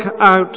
out